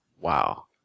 wow